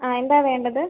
ആ എന്താണ് വേണ്ടത്